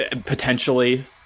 potentially